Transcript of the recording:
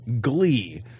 glee